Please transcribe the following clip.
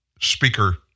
Speaker